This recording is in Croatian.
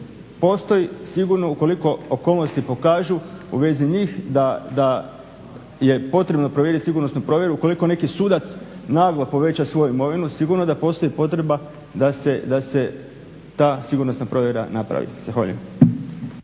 postoji sigurno ukoliko okolnosti pokažu u vezi njih da je potrebno provjeriti sigurnosnu provjeru ukoliko neki sudac naglo poveća svoju imovinu sigurno da postoji potreba da se ta sigurnosna provjera napravi. Zahvaljujem.